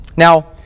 Now